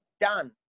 done